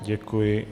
Děkuji.